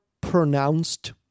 pronounced